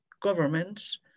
governments